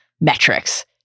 metrics